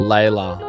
Layla